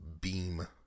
beam